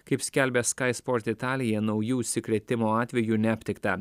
kaip skelbia sky sport italija naujų užsikrėtimo atvejų neaptikta